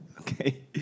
Okay